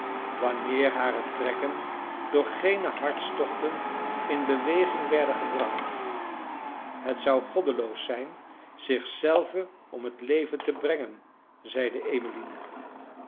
wanneer hare trekken door geene hartstochten in beweging werden gebracht het zou goddeloos zijn zich zelve om het leven te brengen zeide emmeline